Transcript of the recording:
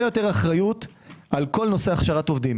יותר אחריות על כל נושא הכשרת עובדים